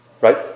right